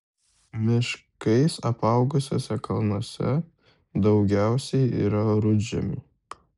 miškais apaugusiuose kalnuose daugiausiai yra rudžemių